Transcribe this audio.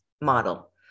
model